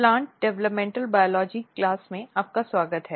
plant developmental biology class में आपका स्वागत है